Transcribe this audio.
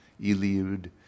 Eliud